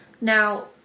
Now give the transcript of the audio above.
Now